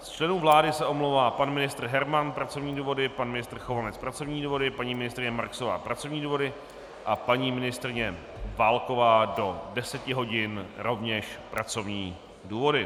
Ze členů vlády se omlouvá pan ministr Herman pracovní důvody, pan ministr Chovanec pracovní důvody, paní ministryně Marksová pracovní důvody a paní ministryně Válková do 10 hodin rovněž pracovní důvody.